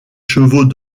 chevaux